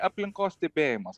aplinkos stebėjimas